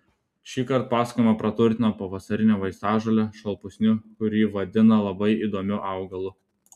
šįkart pasakojimą praturtina pavasarine vaistažole šalpusniu kurį vadina labai įdomiu augalu